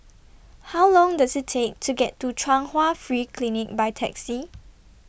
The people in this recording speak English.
How Long Does IT Take to get to Chung Hwa Free Clinic By Taxi